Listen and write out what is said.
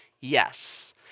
yes